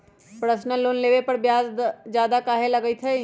Personal loan लेबे पर ब्याज ज्यादा काहे लागईत है?